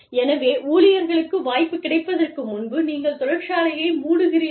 எனவே ஊழியர்களுக்கு வாய்ப்பு கிடைப்பதற்கு முன்பு நீங்கள் தொழிற்சாலையை மூடுகிறீர்கள்